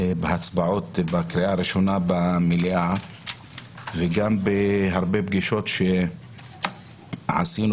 בהצבעות בקריאה הראשונה במליאה וגם בהרבה פגישות שעשינו